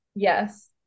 Yes